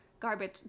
garbage